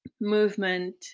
movement